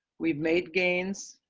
we've made gains.